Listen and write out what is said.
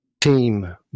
team